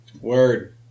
Word